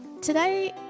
Today